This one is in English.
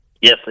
Yes